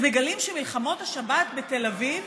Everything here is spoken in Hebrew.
אז מגלים שמלחמות השבת בתל אביב,